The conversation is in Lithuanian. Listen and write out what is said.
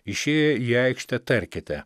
išėję į aikštę tarkite